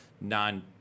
non